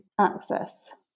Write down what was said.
access